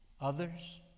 others